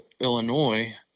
Illinois